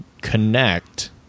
connect